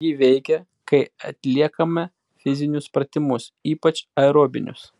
ji veikia kai atliekame fizinius pratimus ypač aerobinius